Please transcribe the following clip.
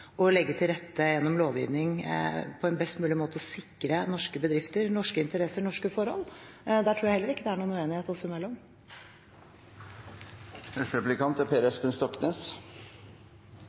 å legge til rette gjennom lovgivning på en best mulig måte og sikre norske bedrifter, norske interesser, norske forhold. Der tror jeg heller ikke det er noen uenighet